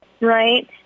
right